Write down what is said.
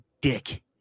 Dick